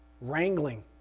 wrangling